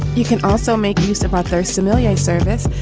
you can also make news about their somalia service.